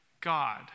God